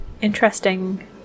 interesting